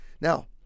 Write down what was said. Now